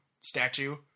statue